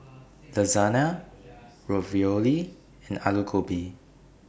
Lasagna Ravioli and Alu Gobi